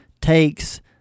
takes